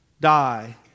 die